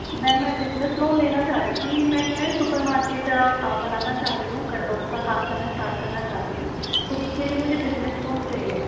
ma'am मैं business loan लेना चाह रही थी मैं क्या है सुपर मार्केट बनाना चाह रही हूँ उसका काम करना स्टार्ट करना चाह रही हूँ तो उसके लिए मुझे बिज़नेस लोन चाहिए